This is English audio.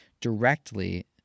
directly